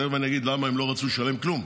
תכף אני אגיד למה הם לא רצו לשלם כלום.